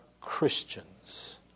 Christians